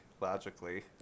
logically